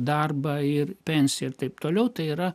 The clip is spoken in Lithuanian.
darbą ir pensiją ir taip toliau tai yra